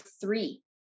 three